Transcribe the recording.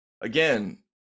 again